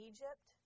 Egypt